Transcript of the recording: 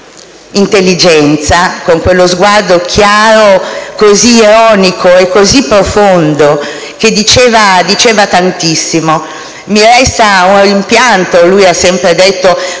e intelligenza, con quello sguardo chiaro così ironico e così profondo che diceva tantissimo. Mi resta un rimpianto. Lui ha sempre detto: